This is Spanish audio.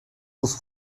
tus